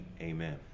Amen